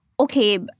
okay